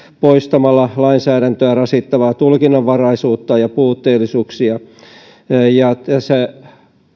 poistamalla lainsäädäntöä rasittavaa tulkinnanvaraisuutta ja puutteellisuuksia tässä